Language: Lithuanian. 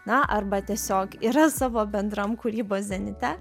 na arba tiesiog yra savo bendram kūrybos zenite